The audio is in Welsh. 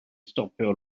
stopio